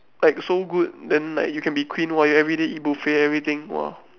like so good then like you can be queen [what] you every day eat buffet everything !wow!